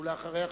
ולאחריה,